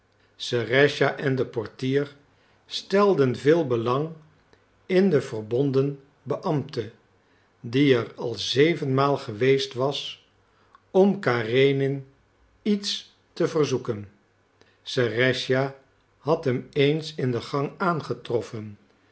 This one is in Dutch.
serëscha en de portier stelden veel belang in den verbonden beambte die er al zevenmaal geweest was om karenin iets te verzoeken serëscha had hem eens in den gang aangetroffen